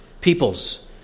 peoples